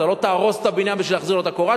אתה לא תהרוס את הבניין בשביל להחזיר לו את הקורה.